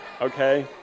okay